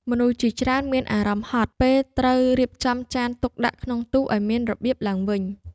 មនុស្សជាច្រើនមានអារម្មណ៍ហត់ ពេលត្រូវរៀបចំចានទុកដាក់ក្នុងទូឱ្យមានរបៀបឡើងវិញ។